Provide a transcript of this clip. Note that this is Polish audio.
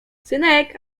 synek